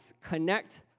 Connect